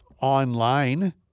online